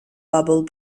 bubble